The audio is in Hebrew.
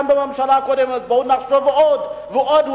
גם בממשלה הקודמת: בואו נחשוב עוד ועוד,